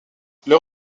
leur